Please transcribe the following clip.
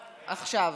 עכשיו.